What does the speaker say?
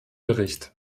bericht